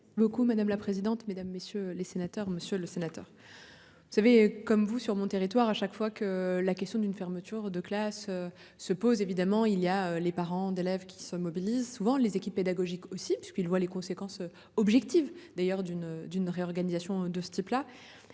beaucoup madame la présidente, mesdames, messieurs les sénateurs, monsieur le sénateur. Vous savez comme vous sur mon territoire. À chaque fois que la question d'une fermeture de classe se pose évidemment, il y a les parents d'élèves qui se mobilisent souvent les équipes pédagogiques aussi parce qu'il voit les conséquences objectives d'ailleurs d'une d'une réorganisation de ce type-là.